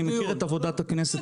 אני מכיר את עבודת הכנסת,